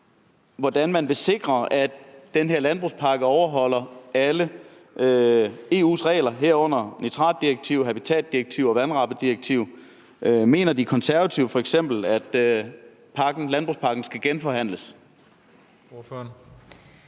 hvordan man vil sikre, at den her landbrugspakke overholder alle EU's regler, herunder nitratdirektivet, habitatdirektivet og vandrammedirektivet. Mener De Konservative f.eks., at landbrugspakken skal genforhandles?